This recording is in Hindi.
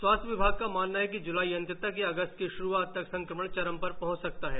स्वास्थ्य विभाग का मानना है कि जुलाई अंत तक या अगस्त की शुरुआत तक संक्रमण चरम पर पहुँच सकता है